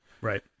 Right